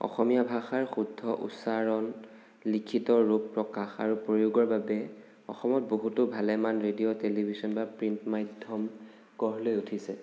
অসমীয়া ভাষাৰ শুদ্ধ উচ্চাৰণ লিখিত ৰূপ প্ৰকাশ আৰু প্ৰয়োগৰ বাবে অসমত বহুতো ভালেমান ৰেডিঅ' টেলিভিশ্বন বা প্ৰিণ্ট মাধ্য়ম গঢ় লৈ উঠিছে